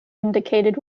indicated